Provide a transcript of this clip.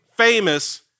famous